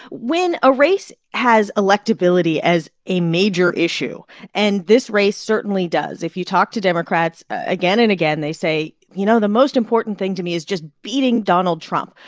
when a race has electability as a major issue and this race certainly does if you talk to democrats, again and again they say, you know, the most important thing to me is just beating donald trump.